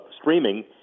streaming